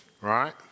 right